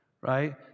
right